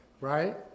right